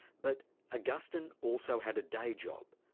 but augustine also had a day job,